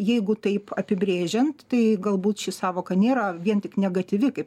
jeigu taip apibrėžiant tai galbūt ši sąvoka nėra vien tik negatyvi kaip